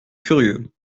curieux